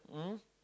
um